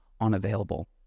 unavailable